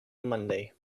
monday